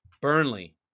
Burnley